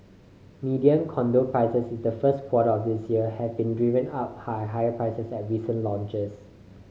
median condo prices in the first quarter of this year have been driven up high higher prices at recent launches